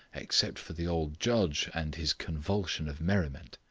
except for the old judge and his convulsion of merriment.